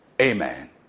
Amen